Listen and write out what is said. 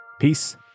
Peace